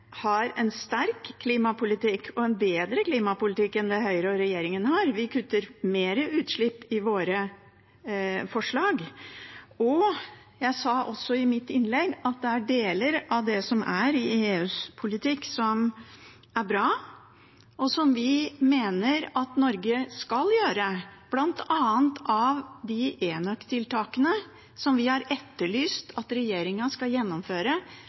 har en sterk klimapolitikk og en bedre klimapolitikk enn det Høyre og regjeringen har. Vi kutter mer utslipp i våre forslag. Jeg sa også i mitt innlegg at det er deler av det som er i EUs politikk som er bra, og som vi mener at Norge skal gjøre, bl.a. enøk-tiltakene, som vi har etterlyst at regjeringen skal gjennomføre.